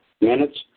minutes